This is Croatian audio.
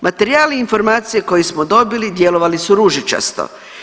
Materijali i informacije koje smo dobili djelovali su ružičasto.